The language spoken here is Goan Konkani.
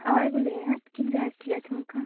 हय उलयात कितें जाय आसलें तुमका